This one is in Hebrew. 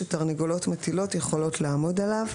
שתרנגולות מטילות יכולות לעמוד עליו.